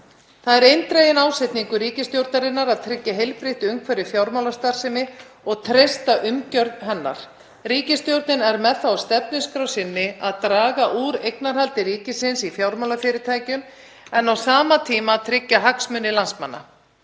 Það er eindreginn ásetningur ríkisstjórnarinnar að tryggja heilbrigt umhverfi fjármálastarfsemi og treysta umgjörð hennar. Ríkisstjórnin er með það á stefnuskrá sinni að draga úr eignarhaldi ríkisins í fjármálafyrirtækjum en á sama tíma að tryggja hagsmuni landsmanna.